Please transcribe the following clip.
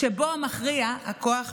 שבו מכריע הכוח והשרירים".